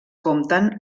compten